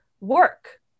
work